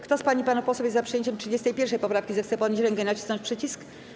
Kto z pań i panów posłów jest za przyjęciem 31. poprawki, zechce podnieść rękę i nacisnąć przycisk.